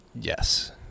yes